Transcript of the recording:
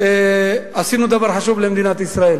עשינו דבר חשוב למדינת ישראל.